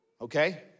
okay